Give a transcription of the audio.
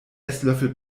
esslöffel